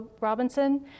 Robinson